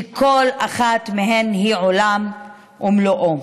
שכל אחת מהן היא עולם ומלואו.